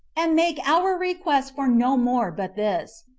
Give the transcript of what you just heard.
and make our request for no more but this,